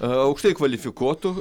aukštai kvalifikuotų